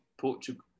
Portugal